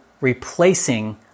replacing